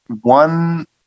one